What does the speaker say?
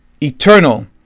eternal